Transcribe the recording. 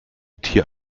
tier